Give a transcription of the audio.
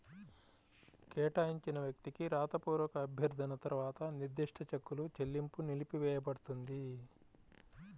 కేటాయించిన వ్యక్తికి రాతపూర్వక అభ్యర్థన తర్వాత నిర్దిష్ట చెక్కుల చెల్లింపు నిలిపివేయపడుతుంది